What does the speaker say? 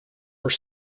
were